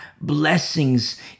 blessings